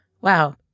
Wow